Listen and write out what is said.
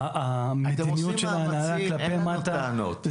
אתם עושים מאמצים, אין טענות.